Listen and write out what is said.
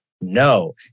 No